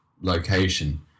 location